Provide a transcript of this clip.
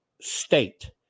state